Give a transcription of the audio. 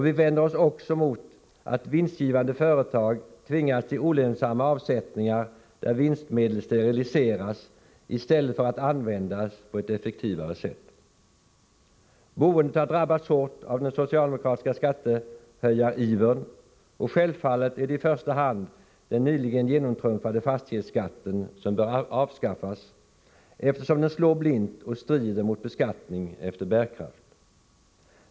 Vi vänder oss också mot att vinstgivande företag tvingas till olönsamma avsättningar där vinstmedel steriliseras i stället för att användas på ett effektivare sätt. Boendet har drabbats hårt av den socialdemokratiska skattehöjarivern, och självfallet är det i första hand den nyligen genomtrumfade fastighetsskatten som bör avskaffas, eftersom den slår blint och strider mot principen om beskattning efter bärkraft.